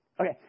Okay